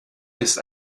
ist